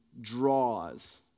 draws